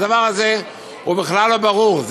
הדבר הזה הוא בכלל לא ברור.